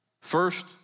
First